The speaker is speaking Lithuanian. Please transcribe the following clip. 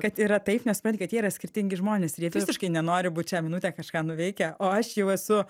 kad yra taip nes supranti kad jie yra skirtingi žmonės ir jie visiškai nenori būt šia minutę kažką nuveikę o aš jau esu